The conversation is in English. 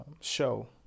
show